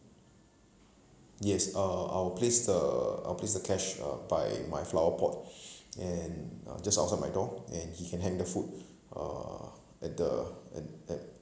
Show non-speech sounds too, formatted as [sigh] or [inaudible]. yes uh I will place the I'll place the cash uh by my flower pot [breath] and uh just outside my door and he can hang the food uh at the at at